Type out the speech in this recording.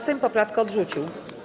Sejm poprawkę odrzucił.